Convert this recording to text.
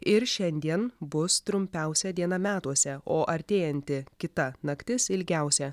ir šiandien bus trumpiausia diena metuose o artėjanti kita naktis ilgiausia